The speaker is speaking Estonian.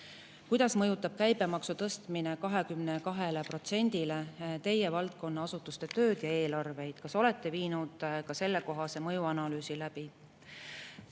"Kuidas mõjutab käibemaksu tõstmine 22%-le Teie valdkonna asutuste tööd ja eelarveid? Kas olete läbi viinud ka sellekohase mõjuanalüüsi?"